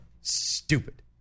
Stupid